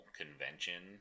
convention